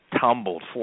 tumbled